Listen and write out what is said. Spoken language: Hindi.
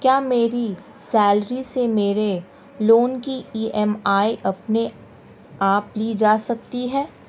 क्या मेरी सैलरी से मेरे लोंन की ई.एम.आई अपने आप ली जा सकती है?